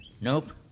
Nope